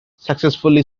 successfully